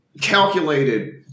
calculated